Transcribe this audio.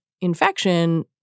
infection